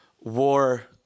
war